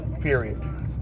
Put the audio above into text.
period